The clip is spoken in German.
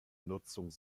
nutzung